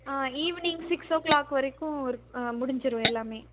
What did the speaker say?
ஆ evening six o'clock வரைக்கும் இருக் முடிஞ்சிடும் எல்லாம்